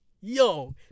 Yo